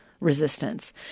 resistance